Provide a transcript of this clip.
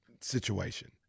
situation